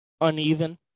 uneven